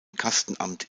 kastenamt